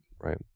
Right